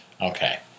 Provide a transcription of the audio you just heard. Okay